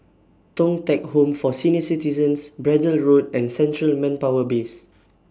Thong Teck Home For Senior Citizens Braddell Road and Central Manpower Base